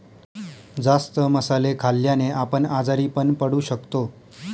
जास्त मसाले खाल्ल्याने आपण आजारी पण पडू शकतो